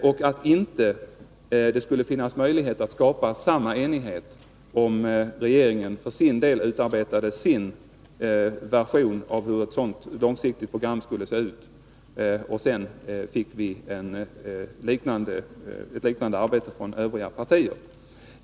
Det skulle inte ha varit möjligt att skapa samma enighet om regeringen för sin del hade utarbetat en egen version av ett sådant långsiktigt program och att de övriga partierna hade gjort ett motsvarande arbete.